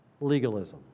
Legalism